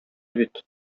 бит